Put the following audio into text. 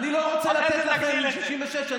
אני לא רוצה לתת לכם 66%,